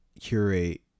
curate